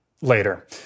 later